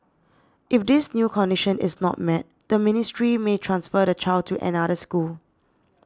if this new condition is not met the ministry may transfer the child to another school